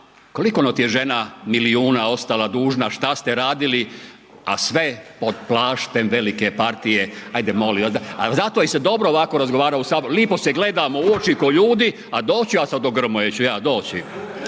koliko ono ti je žena milijuna ostala dužna, šta ste radili, a sve pod plaštem velike partije, ajde molim vas da, al zato se je i dobro ovako razgovarao u HS, lipo se gledamo u oči ko ljudi, a doću ja sad do Grmoje ću ja doći.